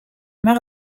mère